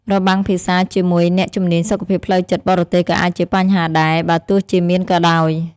របាំងភាសាជាមួយអ្នកជំនាញសុខភាពផ្លូវចិត្តបរទេសក៏អាចជាបញ្ហាដែរ បើទោះជាមានក៏ដោយ។